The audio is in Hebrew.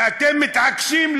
ואתם מתעקשים,